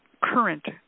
current